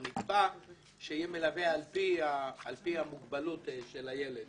נקבע שיהיה מלווה על פי המוגבלות של הילד.